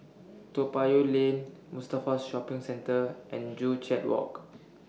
Toa Payoh Lane Mustafa Shopping Centre and Joo Chiat Walk